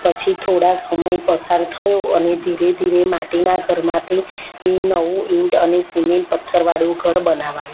પછી થોડા સમય પસાર થયો અને ધીરે ધીરે માટીનાં ઘરમાંથી એ નવું ઈંટ અને સિમેન્ટ પથ્થરવાળું ઘર બનાવાયું